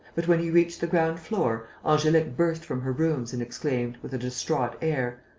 but, when he reached the ground-floor, angelique burst from her rooms and exclaimed, with a distraught air